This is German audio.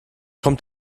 kommt